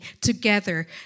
together